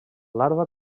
larva